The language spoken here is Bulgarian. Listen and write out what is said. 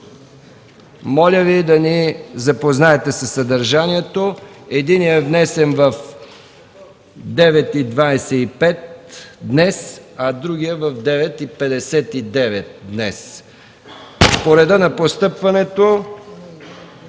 Моля Ви да ни запознаете със съдържанието. Единият е внесен в 9,25 ч. днес, а другият – в 9,59 ч. днес. По реда на постъпването…